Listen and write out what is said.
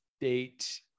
date